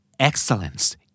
Excellence